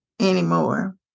anymore